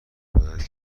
باید